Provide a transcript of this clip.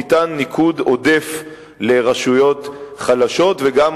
ניתן ניקוד עודף לרשויות חלשות וגם